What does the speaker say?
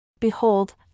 Behold